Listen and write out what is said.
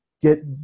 get